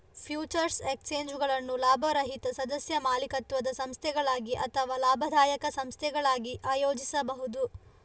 futures ಎಕ್ಸ್ಚೇಂಜುಗಳನ್ನು ಲಾಭರಹಿತ ಸದಸ್ಯ ಮಾಲೀಕತ್ವದ ಸಂಸ್ಥೆಗಳಾಗಿ ಅಥವಾ ಲಾಭದಾಯಕ ಸಂಸ್ಥೆಗಳಾಗಿ ಆಯೋಜಿಸಬಹುದು